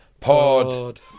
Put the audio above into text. pod